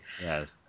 Yes